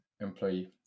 employee